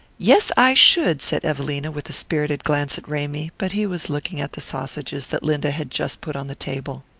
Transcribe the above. yes, i should, said evelina, with a spirited glance at ramy but he was looking at the sausages that linda had just put on the table.